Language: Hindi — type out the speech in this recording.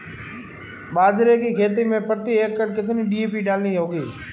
बाजरे की खेती में प्रति एकड़ कितनी डी.ए.पी डालनी होगी?